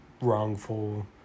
wrongful